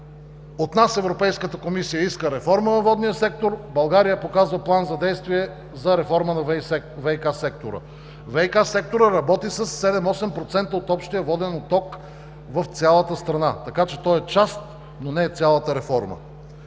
Европейската комисия от нас иска реформа във водния сектор. България показва план за действие за реформа на ВиК сектора. ВиК секторът работи със 7-8% от общия воден отток в цялата страна, така че той е част, но не е цялата реформа.